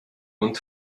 und